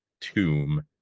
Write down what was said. tomb